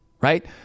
right